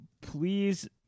please